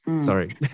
Sorry